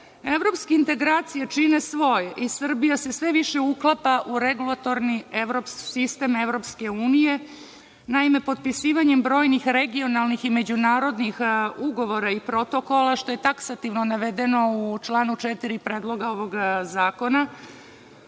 robe. Evropske integracije čine svoje i Srbija se i Srbija se sve više uklapa u regulatorni sistem EU. Naime, potpisivanjem brojnih regionalnih i međunarodnih ugovora i protokola što je taksativno navedeno u članu 4. predloga ovog zakona